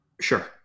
Sure